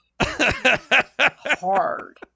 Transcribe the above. Hard